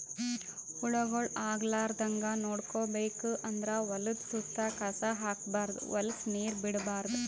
ಹುಳಗೊಳ್ ಆಗಲಾರದಂಗ್ ನೋಡ್ಕೋಬೇಕ್ ಅಂದ್ರ ಹೊಲದ್ದ್ ಸುತ್ತ ಕಸ ಹಾಕ್ಬಾರ್ದ್ ಹೊಲಸ್ ನೀರ್ ಬಿಡ್ಬಾರ್ದ್